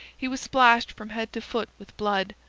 he was splashed from head to foot with blood,